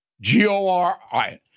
G-O-R-I